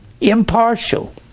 impartial